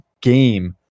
game